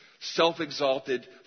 self-exalted